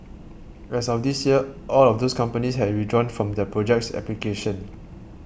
as of this year all of those companies had withdrawn from the project's application